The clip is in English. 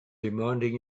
demanding